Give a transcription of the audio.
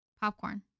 Popcorn